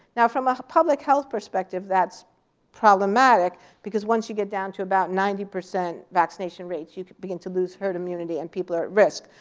now from a public health perspective, that's problematic. because once you get down to about ninety percent vaccination rates, you begin to lose herd immunity and people are at risk.